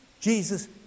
Jesus